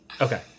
okay